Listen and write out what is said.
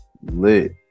lit